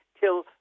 till